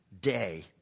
day